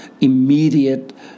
immediate